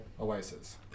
Oasis